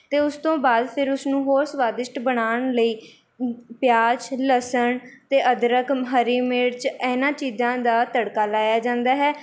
ਅਤੇ ਉਸ ਤੋਂ ਬਾਅਦ ਫਿਰ ਉਸਨੂੰ ਹੋਰ ਸਵਾਦਿਸ਼ਟ ਬਣਾਉਣ ਲਈ ਪਿਆਜ਼ ਲੱਸਣ ਅਤੇ ਅਦਰਕ ਹਰੀ ਮਿਰਚ ਇਹਨਾਂ ਚੀਜ਼ਾਂ ਦਾ ਤੜਕਾ ਲਾਇਆ ਜਾਂਦਾ ਹੈ